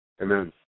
Amen